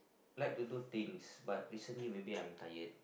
like to do things but recently maybe I'm tired